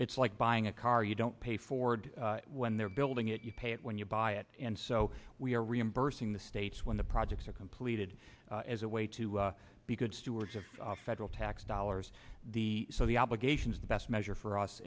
it's like buying a car you don't pay ford when they're building it you pay it when you buy it and so we are reimbursing the states when the projects are completed as a way to be good stewards of federal tax dollars the so the obligations best measure for us